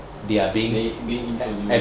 they administer